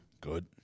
Good